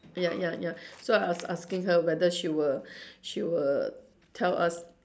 ya ya ya so I was asking her whether she will she will tell us